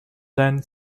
ten